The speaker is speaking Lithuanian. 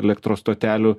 elektros stotelių